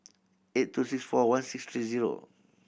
eight two six four one six three zero